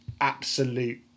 absolute